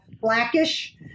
blackish